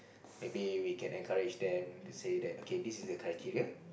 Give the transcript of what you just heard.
maybe we can encourage them say that okay this is the criteria